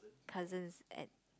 cousins at